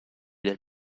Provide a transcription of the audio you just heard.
del